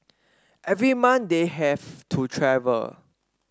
every month they have to travel